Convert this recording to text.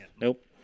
Nope